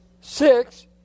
six